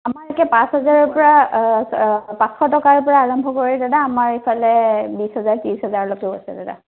আমাৰ ইয়াতে পাঁচ হাজাৰৰ পৰা পাঁচশ টকাৰ পৰা আৰম্ভ কৰি দাদা আমাৰ ইফালে বিশ হাজাৰ ত্ৰিশ হাজাৰলৈকেও আছে দাদা